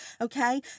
okay